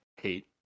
hate